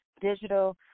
digital